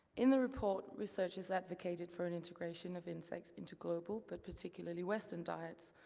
in the report, researchers advocated for an integration of insects into global but particularly western diets,